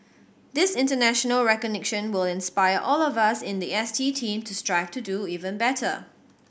this international recognition will inspire all of us in the S T team to strive to do even better